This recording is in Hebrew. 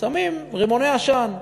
שמים רימוני עשן.